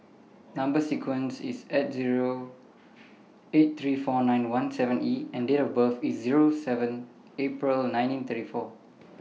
Number sequence IS S Zero eight three four nine one seven E and Date of birth IS Zero seven April nineteen thirty four